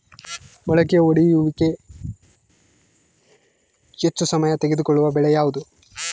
ಮೊಳಕೆ ಒಡೆಯುವಿಕೆಗೆ ಹೆಚ್ಚು ಸಮಯ ತೆಗೆದುಕೊಳ್ಳುವ ಬೆಳೆ ಯಾವುದು?